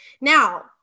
Now